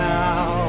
now